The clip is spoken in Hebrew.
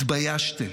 התביישתם.